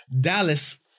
Dallas